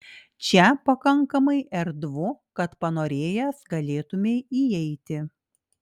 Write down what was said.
čia pakankamai erdvu kad panorėjęs galėtumei įeiti